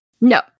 No